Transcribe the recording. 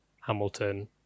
Hamilton